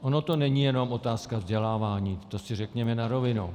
Ona to není jenom otázka vzdělávání, to si řekněme na rovinu.